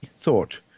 thought